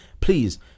please